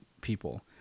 people